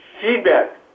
feedback